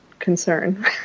concern